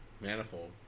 Manifold